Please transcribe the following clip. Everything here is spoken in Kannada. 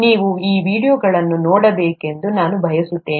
ನೀವು ಈ ವೀಡಿಯೊಗಳನ್ನು ನೋಡಬೇಕೆಂದು ನಾನು ಬಯಸುತ್ತೇನೆ